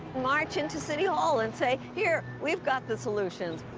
march into city hall, and say, here, we've got the solutions.